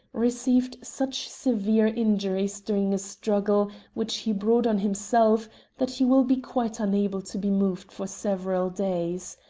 received such severe injuries during a struggle which he brought on himself that he will be quite unable to be moved for several days.